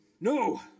No